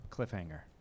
Cliffhanger